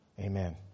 Amen